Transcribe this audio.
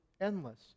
endless